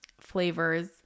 flavors